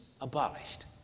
abolished